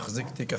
מחזיק תיק החינוך,